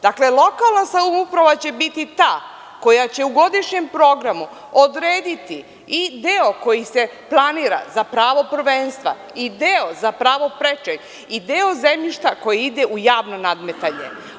Dakle, lokalna samouprava će biti ta koja će u godišnjem programu odrediti i deo koji se planira za pravo prvenstva, i deo za pravo prečeg, i deo zemljišta koji ide u javno nadmetanje.